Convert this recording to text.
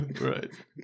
right